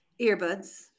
Earbuds